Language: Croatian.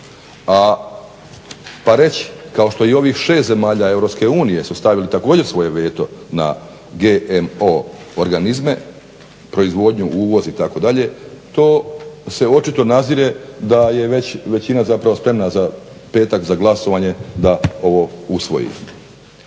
pa reći kao što i ovih 6 zemalja EU su stavili također svoj veto na GMO organizme, proizvodnju, uvoz itd., to se očito nazire da je već većina zapravo spremna za petak za glasovanje da ovo usvojite.